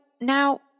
now